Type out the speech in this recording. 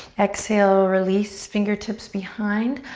exhale, release, fingertips behind.